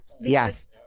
Yes